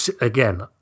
again